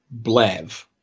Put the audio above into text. Blav